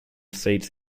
seats